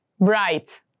Bright